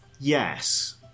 yes